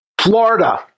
Florida